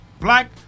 black